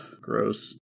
gross